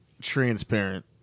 transparent